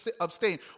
abstain